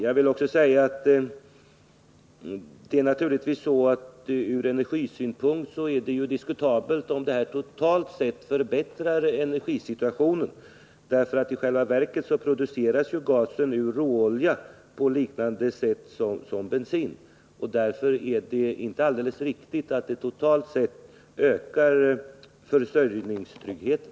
Jag vill också säga att det från energibesparingssynpunkt naturligtvis är diskutabelt om gasdriften förbättrar energisituationen totalt sett. I själva verket produceras ju gasen ur råolja på liknande sätt som bensinen, och därför är det inte alldeles riktigt att en ökad motorgasdrift totalt sett förbättrar försörjningstryggheten.